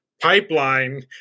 Pipeline